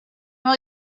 will